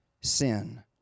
sin